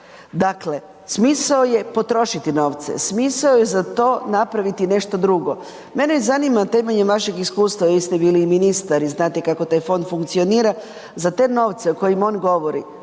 Dakle, smisao je potrošiti novce, smisao je za to napraviti nešto drugo, mene zanima temeljem vašeg iskustva jer ste bili i ministar i znate kako taj fond funkcionira, za te novce o kojima on govori